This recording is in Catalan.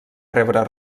rebre